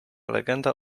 legenda